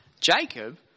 jacob